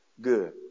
good